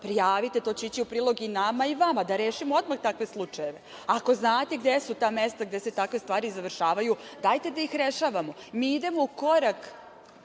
prijavite. To će ići u prilog i vama i nama, da rešimo odmah takve slučajeve. Ako znate gde su ta mesta gde se takve stvari završavaju, dajte da ih rešavamo. Mi idemo u korak